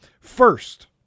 first